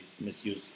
misuse